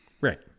right